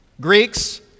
Greeks